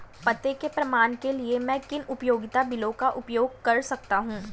पते के प्रमाण के लिए मैं किन उपयोगिता बिलों का उपयोग कर सकता हूँ?